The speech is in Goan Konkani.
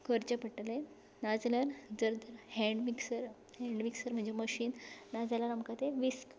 करचें पडटलें नाजाल्यार जर तर हँड मिक्सर हँड मिक्सर म्हणजे मशीन नाजाल्यार आमकां तें विस्क